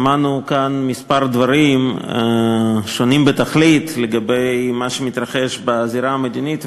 שמענו כאן כמה דברים שונים בתכלית לגבי מה שמתרחש בזירה המדינית,